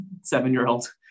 seven-year-old